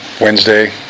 Wednesday